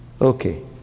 Okay